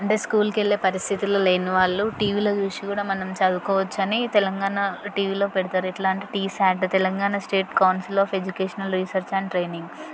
అంటే స్కూల్కు వెళ్ళే పరిస్థితుల్లో లేని వాళ్ళు టీవీలో చూసి కూడా మనం చదువుకోవచ్చు అని తెలంగాణ టీవీలో పెడతారు ఎట్లా అంటే T SAT Telangana state council of educational research and trainings